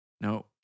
No